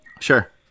Sure